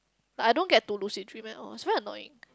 but I don't get to lucid dream at all it's very annoying